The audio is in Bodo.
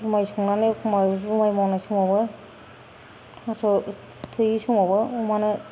जुमाय संनानै एखामब्ला जुमाय मावनाय समावबो थास' थोयै समावबो अमानो